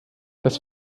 das